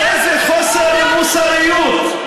איזה חוסר מוסריות,